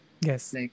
Yes